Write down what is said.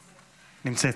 נמצאת.